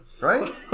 right